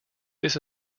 this